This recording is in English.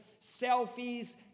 Selfies